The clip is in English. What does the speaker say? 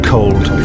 Cold